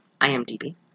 IMDb